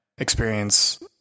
experience